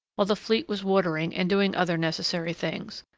while the fleet was watering and doing other necessary things.